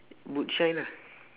boot shine ah